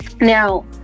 Now